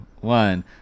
one